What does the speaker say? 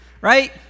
right